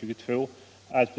Då det gäller